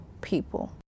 people